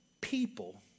people